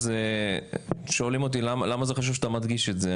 אז שואלים אותי למה זה חשוב שאתה מדגיש את זה?